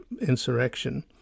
insurrection